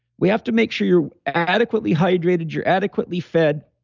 we have to make sure you're adequately hydrated, you're adequately fed,